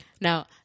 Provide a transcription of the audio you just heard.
Now